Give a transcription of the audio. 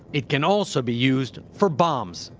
it can, also, be used for bombs.